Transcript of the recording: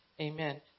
Amen